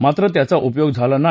मात्र त्याचा उपयोग झाला नाही